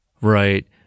Right